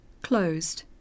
closed